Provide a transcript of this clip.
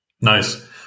nice